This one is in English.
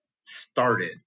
started